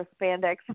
spandex